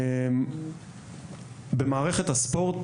במערכת הספורט,